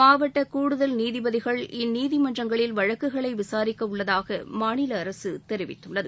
மாவட்ட கூடுதல் நீதிபதிகள் இந்நீதிமன்றங்களில் வழக்குகளை விசாரிக்க உள்ளதாக மாநில அரசு கூறியுள்ளது